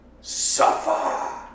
suffer